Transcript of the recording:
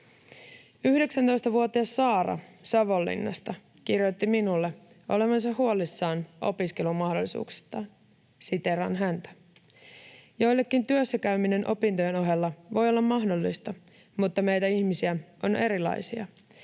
19-vuotias Saara Savonlinnasta kirjoitti minulle olevansa huolissaan opiskelumahdollisuuksistaan. Siteeraan häntä: ”Joillekin työssäkäyminen opintojen ohella voi olla mahdollista, mutta meitä ihmisiä on erilaisia.